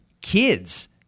kids